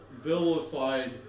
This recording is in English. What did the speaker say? vilified